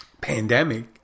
pandemic